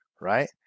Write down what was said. right